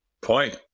point